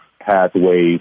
pathways